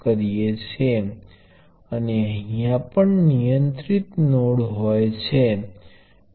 તે આપણે પછી જોઈશું અત્યારે આપણે સર્કિટ્સ પર આવીએ જેમાં આ પ્રવાહ નિયંત્રિત વોલ્ટેજ સ્રોતનો ઉપયોગ થાય છે